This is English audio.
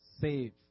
save